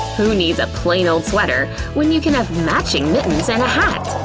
who needs a plain old sweater when you can have matching mittens and a hat?